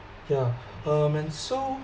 yeah um and so